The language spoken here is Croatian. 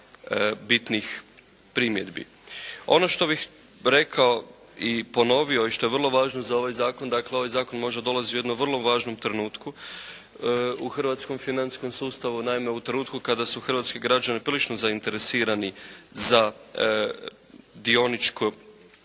bitnih primjedbi. Ono što bih rekao i ponovio i što je vrlo važno za ovaj zakon dakle, ovaj zakon možda dolazi u jednom vrlo važnom trenutku u hrvatskom financijskom sustavu. Naime, u trenutku kada su hrvatski građani prilično zainteresirani za dioničko,